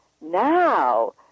now